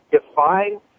define